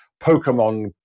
Pokemon